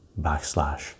backslash